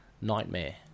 nightmare